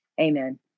Amen